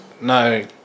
No